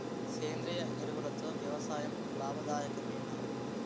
సేంద్రీయ ఎరువులతో వ్యవసాయం లాభదాయకమేనా?